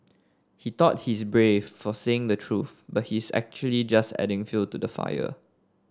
he thought he's brave for saying the truth but his actually just adding fuel to the fire